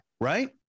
right